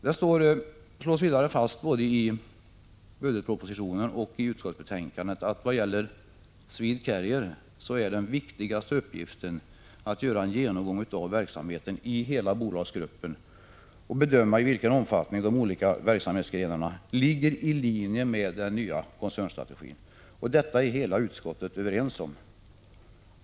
Det slås vidare fast i både budgetpropositionen och utskottsbetänkandet att den viktigaste uppgiften när det gäller Swedcarrier är att göra en genomgång av verksamheten i hela bolagsgruppen och bedöma i vilken omfattning de olika verksamhetsgrenarna ligger i linje med den nya koncernstrategin. Om detta är hela utskottet överens.